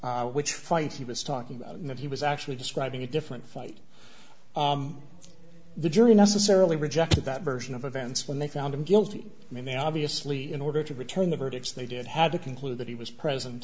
about which fights he was talking about but he was actually describing a different fight the jury necessarily rejected that version of events when they found him guilty i mean they obviously in order to return the verdicts they did have to conclude that he was present